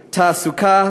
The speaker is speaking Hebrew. ותעסוקה,